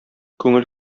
күңел